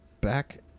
back